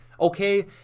Okay